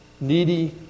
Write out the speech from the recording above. needy